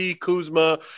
Kuzma